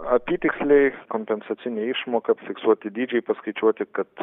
apytiksliai kompensacinė išmoka fiksuoti dydžiai paskaičiuoti kad